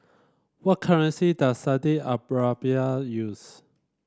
what currency does Saudi Arabia use